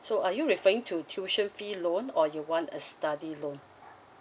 so are you referring to tuition fee loan or you want a study loan